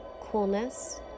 coolness